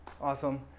awesome